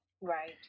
Right